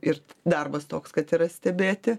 ir darbas toks kad yra stebėti